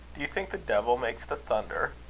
do you think the devil makes the thunder?